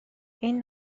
این